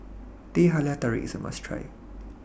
Teh Halia Tarik IS A must Try